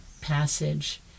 passage